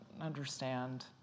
understand